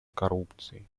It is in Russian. коррупции